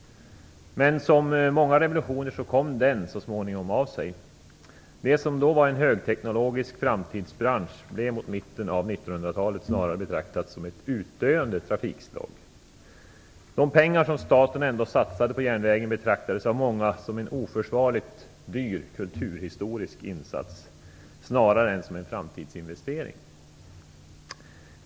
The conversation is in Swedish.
Men som många revolutioner kom den så småningom av sig. Det som var en högteknologisk framtidsbransch på 1800-talet blev mot mitten av 1900-talet snarare betraktat som ett utdöende trafikslag. De pengar som staten ändå satsade på järnvägen betraktades av många som en oförsvarligt dyr kulturhistorisk insats snarare än som en framtidsinvestering.